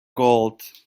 gold